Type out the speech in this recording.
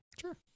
Sure